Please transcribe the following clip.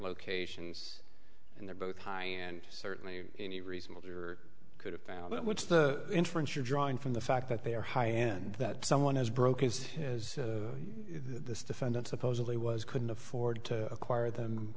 locations and they're both high and certainly any reasonable your could have found that which the inference you're drawing from the fact that they are high end that someone has broken such as this defendant supposedly was couldn't afford to acquire